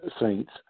saints